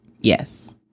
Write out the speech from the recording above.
Yes